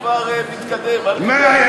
כבר מתקדם, אל תדאג.